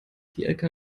die